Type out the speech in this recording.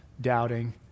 doubting